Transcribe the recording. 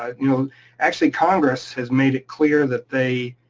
ah you know actually congress has made it clear that they.